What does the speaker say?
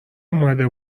اومده